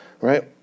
right